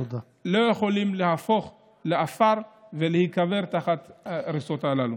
לא יכולים להפוך לעפר ולהיקבר תחת ההריסות הללו.